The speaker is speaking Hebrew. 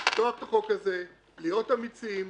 לפתוח את החוק הזה, להיות אמיצים,